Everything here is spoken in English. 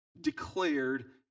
declared